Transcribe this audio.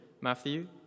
Matthew